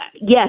yes